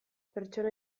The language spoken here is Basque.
pertsona